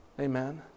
Amen